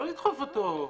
לא לדחוף אותו.